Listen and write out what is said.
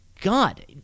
God